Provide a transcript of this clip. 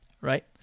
right